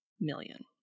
million